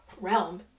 realm